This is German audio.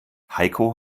heiko